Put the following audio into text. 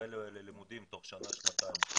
והתקבל ללימודים תוך שנה-שנתיים.